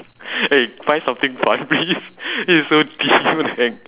eh find something funny please this is so